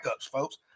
folks